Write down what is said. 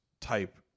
type